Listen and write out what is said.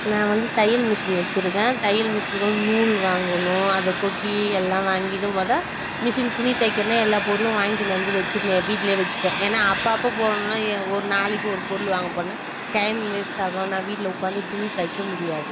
நான் வந்து தையல் மிஷின் வச்சுருக்கேன் தையல் மிஷினுக்கு நூல் வாங்கணும் அதை கொக்கி எல்லாம் வாங்கிட்டு மொதல் மிஷின் துணி தைக்கிறதுன்னால் எல்லாம் பொருளும் வாங்கிக்கினு வந்து வச்சு வீட்டுலேயே வச்சுப்பேன் ஏன்னால் அப்பப்போ போகணுன்னா ஒரு நாளைக்கு ஒரு பொருள் வாங்க போனேன்னால் டைம் வேஸ்ட் ஆகும் நான் வீட்டில் உட்காந்து துணி தைக்க முடியாது